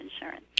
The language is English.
insurance